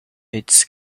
its